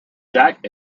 jack